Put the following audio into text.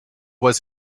was